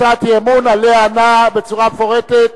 הצעת אי-אמון שעליה ענה בצורה מפורטת,